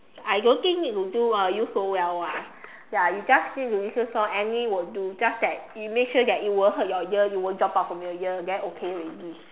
I don't think need to do you ah so well ah ya you just need to listen song any will do just that you make sure that it won't hurt your ear it won't drop out from your ear then okay already